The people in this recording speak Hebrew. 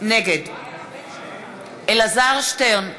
נגד אלעזר שטרן,